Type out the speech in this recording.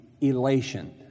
elation